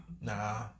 Nah